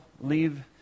leave